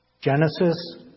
Genesis